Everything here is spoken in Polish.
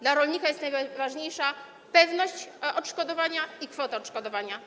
Dla rolnika najważniejsze są pewność odszkodowania i kwota odszkodowania.